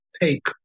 take